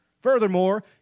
Furthermore